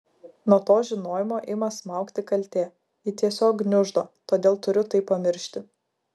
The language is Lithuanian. nuo to žinojimo ima smaugti kaltė ji tiesiog gniuždo todėl turiu tai pamiršti